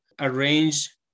arrange